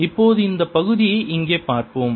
இப்போது இந்த பகுதியை இங்கே பார்ப்போம்